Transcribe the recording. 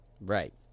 right